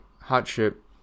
hardship